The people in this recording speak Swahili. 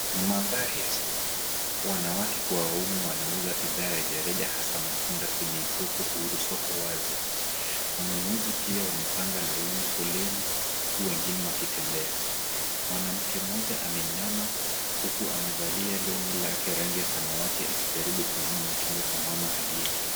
Ni mandhari ya soko, wanawake kwa waume wanauza bidhaa rejereja hasa matunda kwenye soko huru, soko wazi. Wanunuzi pia wamepanga laini foleni huku wengine wakitembea. Mwanamke mmoja ameinama huku amevalia long'i lake la rangi ya samawati akijaribu kununua machungwa kwa mama aliyeketi.